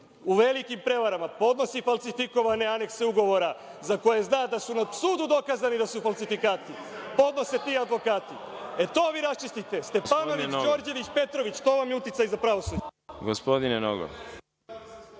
U velikim prevarama podnosi falsifikovane anekse ugovora za koje zna da su na sudu dokazani da su falsifikati. Podnose ti advokati. To vi raščistite. Stefanović, Đorđević, Petrović. To vam je uticaj za pravosuđe.